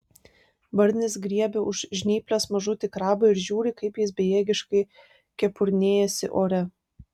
barnis griebia už žnyplės mažutį krabą ir žiūri kaip jis bejėgiškai kepurnėjasi ore